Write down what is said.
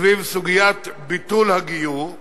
סביב סוגיית ביטול הגיור,